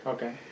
Okay